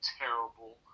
terrible